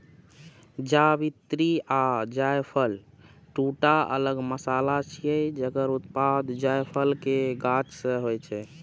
जावित्री आ जायफल, दूटा अलग मसाला छियै, जकर उत्पादन जायफल के गाछ सं होइ छै